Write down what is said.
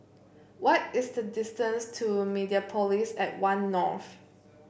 why is the distance to Mediapolis at One North